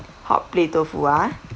hotplate tofu ah